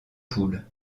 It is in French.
poules